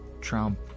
Trump